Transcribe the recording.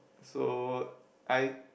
so I